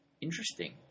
Interesting